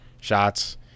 shots